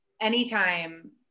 anytime